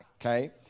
okay